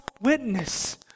witness